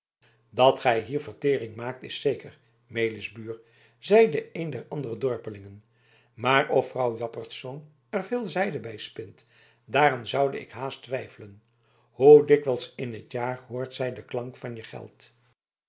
dat gij hier vertering maakt is zeker melisbuur zeide een der andere dorpelingen maar of vrouw jaspersz er veel zijde bij spint daaraan zoude ik haast twijfelen hoe dikwijls in t jaar hoort zij de klank van je geld